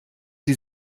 sie